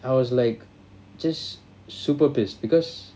I was like just super pissed because